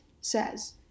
says